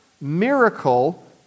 miracle